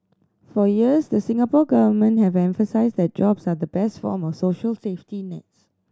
for years the Singapore Government has emphasised that jobs are the best form of social safety nets